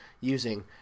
using